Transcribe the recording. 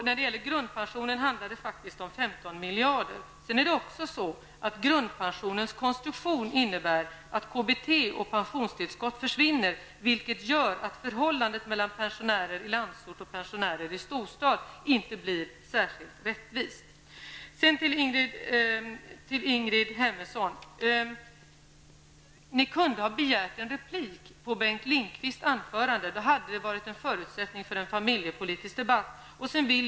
När det gäller grundpensionen handlar det om 15 miljarder kronor. Grundpensionens konstruktion innebär också att KBT och pensionstillskott försvinner, vilket gör att förhållandet mellan pensionärer i landsort och pensionärer i storstad inte blir särskilt rättvist. Sedan till Ingrid Hemmingsson. Ni hade kunnat begära en replik på Bengt Lindqvists anförande. Det hade då funnits en förutsättning för en familjepolitisk debatt.